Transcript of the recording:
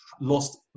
lost